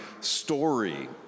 story